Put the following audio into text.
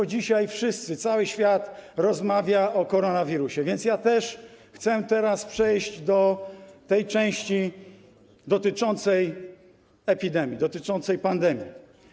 Tymczasem dzisiaj wszyscy, cały świat rozmawia o koronawirusie, więc ja też chcę teraz przejść do części dotyczącej epidemii, dotyczącej pandemii.